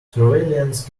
surveillance